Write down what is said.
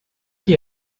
qui